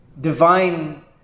divine